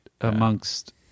Amongst